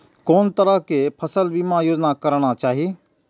कोन तरह के फसल बीमा योजना कराना चाही?